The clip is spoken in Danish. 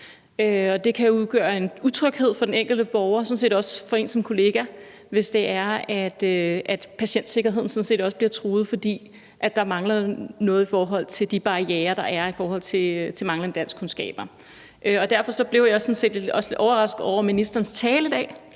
Det kan udgøre en utryghed for den enkelte borger og sådan set også for en som kollega, hvis patientsikkerheden bliver truet, fordi der mangler noget på grund af de barrierer, der er i forhold til manglende danskkundskaber. Derfor blev jeg også lidt overrasket over ministerens tale i dag,